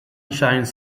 shines